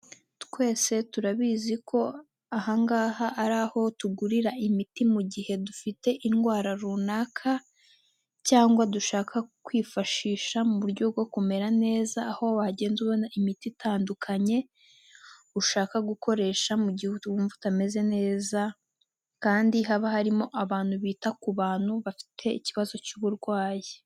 Twese turabizi ko aha ngaha ari aho tugurira imiti mu gihe dufite indwara runaka cyangwa dushaka kwifashisha mu buryo bwo kumera neza. Aho wagenda ubona imiti itandukanye, ushaka gukoresha mu gihe wumva utameze neza kandi haba harimo abantu bita ku bantu bafite ikibazo cy'uburwayi.